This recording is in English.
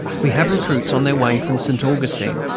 we have recruits on their way from st. augustine,